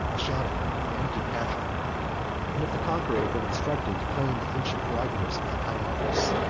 a shadow, an empty pageant and if the conqueror had been instructed to claim the ancient prerogatives of that high office,